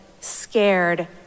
scared